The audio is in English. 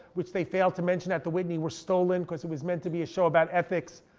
which they failed to mention at the whitney were stolen, because it was meant to be a show about ethics.